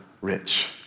rich